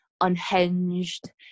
unhinged